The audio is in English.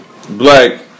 Black